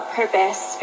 purpose